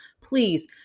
please